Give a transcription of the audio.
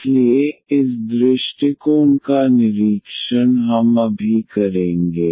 इसलिए इस दृष्टिकोण का निरीक्षण हम अभी करेंगे